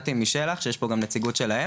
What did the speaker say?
באתי משל"ח שיש פה גם נציגות שלהם,